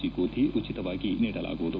G ಗೋಧಿ ಉಚಿತವಾಗಿ ನೀಡಲಾಗುವುದು